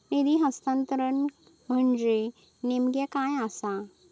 निधी हस्तांतरण म्हणजे नेमक्या काय आसा?